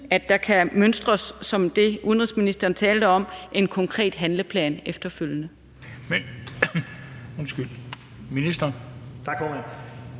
at der kan mønstres, som det udenrigsministeren talte om, en konkret handleplan efterfølgende.